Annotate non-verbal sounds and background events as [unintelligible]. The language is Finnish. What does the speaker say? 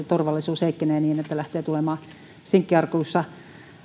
[unintelligible] turvallisuus heikkenee niin että lähtee tulemaan sinkkiarkuissa